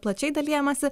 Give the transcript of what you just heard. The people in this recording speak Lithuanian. plačiai dalijamasi